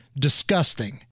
Disgusting